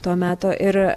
to meto ir